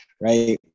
right